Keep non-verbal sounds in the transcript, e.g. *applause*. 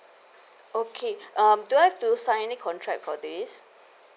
okay *breath* um do I have to sign any contract for this